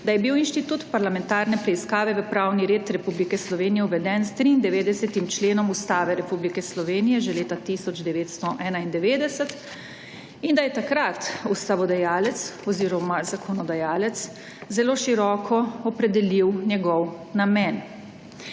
da je bil institut parlamentarne preiskave v pravni red Republike Slovenije uveden s 93. členom Ustave Republike Slovenije že leta 1991 in da je takrat ustavodajalec oziroma zakonodajalec zelo široko opredelil njegov namen.